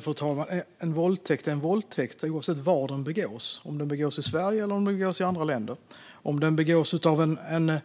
Fru talman! En våldtäkt är en våldtäkt oavsett var den begås - om den begås i Sverige eller i andra länder och om den begås av en